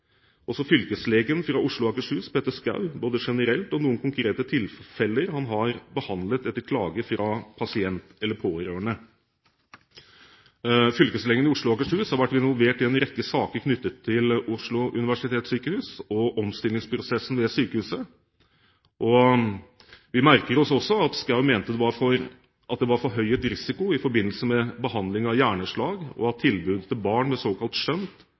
også fylkeslegen i Oslo og Akershus, Petter Schou, dette både generelt og ut fra noen konkrete tilfeller han har behandlet etter klage fra pasient eller pårørende. Fylkeslegen i Oslo og Akershus har vært involvert i en rekke saker knyttet til Oslo universitetssykehus og omstillingsprosessen ved sykehuset, og vi merker oss også at Schou mente at det var forhøyet risiko i forbindelse med behandling av hjerneslag, og at tilbudet til barn med såkalt